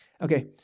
Okay